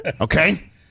Okay